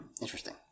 Interesting